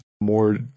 more